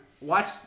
watch